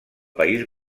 país